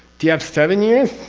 do you have seven years?